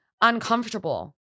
uncomfortable